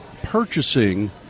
purchasing